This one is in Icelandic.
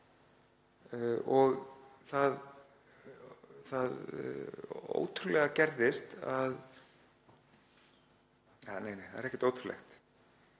og það ótrúlega gerðist — nei, nei það er ekkert ótrúlegt.